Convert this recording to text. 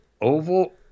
Oval